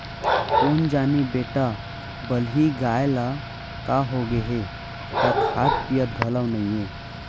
कोन जनी बेटा बलही गाय ल का होगे हे त खात पियत घलौ नइये